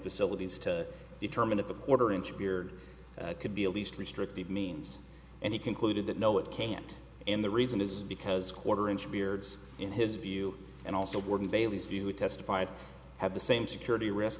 facilities to determine if the quarter inch here could be a least restrictive means and he concluded that no it can't and the reason is because quarter inch beards in his view and also border bailey's view testified have the same security risk